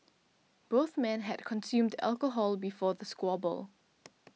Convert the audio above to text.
both men had consumed alcohol before the squabble